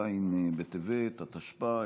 ז' בטבת התשפ"א,